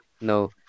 No